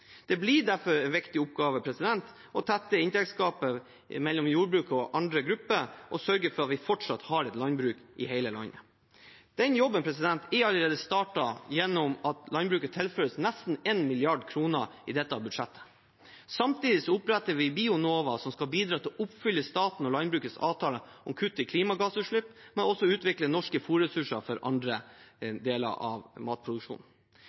Det blir derfor en viktig oppgave å tette inntektsgapet mellom jordbruket og andre grupper og sørge for at vi fortsatt har landbruk i hele landet. Den jobben er allerede startet gjennom at landbruket tilføres nesten 1 mrd. kr i dette budsjettet. Samtidig oppretter vi Bionova, som skal bidra til å oppfylle staten og landbrukets avtale om kutt i klimagassutslipp, men også utvikle norske fôrressurser for andre deler av